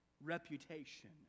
reputation